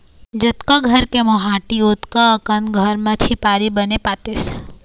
जतका घर के मोहाटी ओतका अकन घर म झिपारी बने पातेस